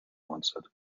answered